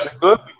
Good